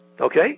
Okay